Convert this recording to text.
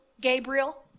Gabriel